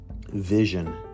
vision